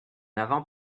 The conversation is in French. avant